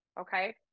okay